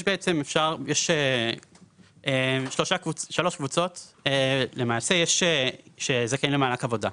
יש שלוש קבוצות שזכאיות למענק עבודה: